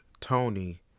Tony